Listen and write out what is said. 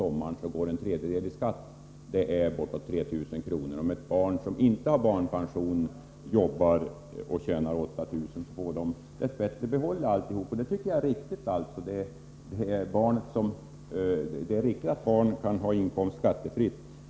går nära en tredjedel i skatt — det är bortåt 3 000 kr. Om ett barn som inte har barnpension tjänar 8 000 kr. får det barnet dess bättre behålla alltihop — och det tycker jag är riktigt. Det är riktigt att ett barn skall kunna ha en skattefri inkomst.